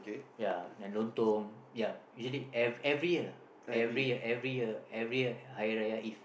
ya then Lontong ya usually every year every year every year Hari-Raya eve